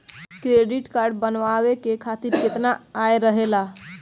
Credit card बनवाए के खातिर केतना आय रहेला?